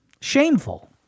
Shameful